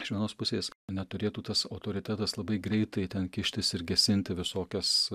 iš vienos pusės neturėtų tas autoritetas labai greitai ten kištis ir gesinti visokias